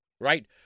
right